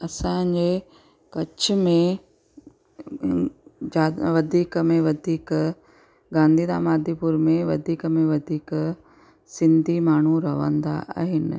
असांजे कच्छ में जाग वधीक में वधीक गांधी धाम आदिपुर में वधीक में वधीक सिंधी माण्हू रहंदा आहिनि